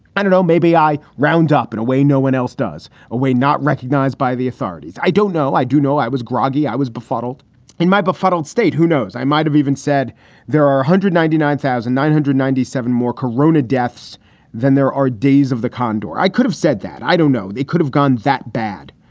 i don't know, maybe i round up in a way no one else does. a way not recognized by the authorities. i don't know. i do know i was groggy. i was befuddled in my befuddled state. who knows. i might have even said there are one hundred ninety nine thousand nine hundred ninety seven more korona deaths than there are days of the condor. i could have said that. i don't know. it could have gone that bad,